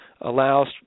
allows